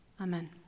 Amen